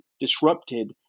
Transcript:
disrupted